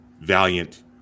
valiant